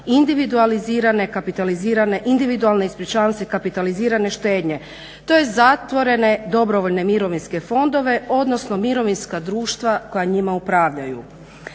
individualizirane kapitalizirane, individualne ispričavam se kapitalizirane štednje, tj. zatvorene dobrovoljne mirovinske fondove odnosno mirovinska društva koja njima upravljaju.